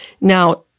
Now